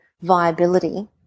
viability